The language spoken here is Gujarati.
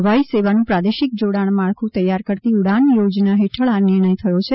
હવાઈ સેવા નું પ્રદેશિક જોડાણ માળખું તૈયાર કરતી ઉડાન યોજના હેઠળ આ નિર્ણય થયો છે